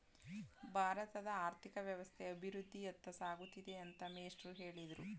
ಭಾರತದ ಆರ್ಥಿಕ ವ್ಯವಸ್ಥೆ ಅಭಿವೃದ್ಧಿಯತ್ತ ಸಾಗುತ್ತಿದೆ ಅಂತ ಮೇಷ್ಟ್ರು ಹೇಳಿದ್ರು